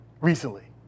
recently